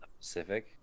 Pacific